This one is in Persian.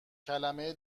کلمه